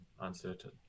uncertain